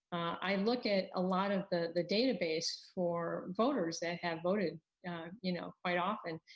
i look at a lot of the the database for voters that have voted you know quite often.